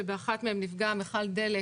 שבאחת מהן נפגע מיכל דלק